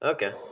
Okay